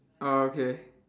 oh okay